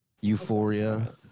Euphoria